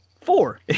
four